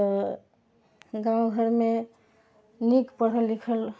तऽ गाँव घरमे नीक पढ़ल लिखल